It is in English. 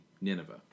Nineveh